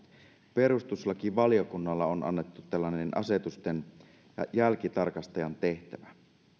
perustuslakivaliokunnalle on annettu tällainen asetusten jälkitarkastajan tehtävä